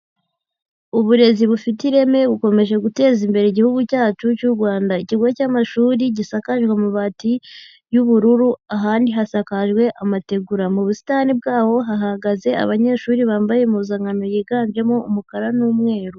Uburezi bufite ireme bukomeje guteza imbere Igihugu cyacu cy'u Rwanda. Ikigo cy'amashuri gisakajwe amabati y'ubururu ahandi hasakajwe amategura. Mu busitani bw'aho hahagaze abanyeshuri bambaye impuzankano yiganjemo umukara n'umweru.